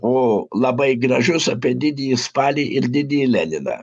o labai gražius apie didįjį spalį ir didįjį leniną